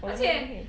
我的